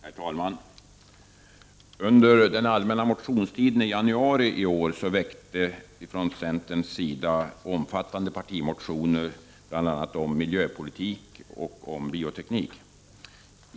Herr talman! Under den allmänna motionstiden i januari i år väcktes från centerns sida omfattande partimotioner, bl.a. om miljöpolitik och om bioteknik.